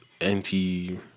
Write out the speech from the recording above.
Anti